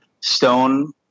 stone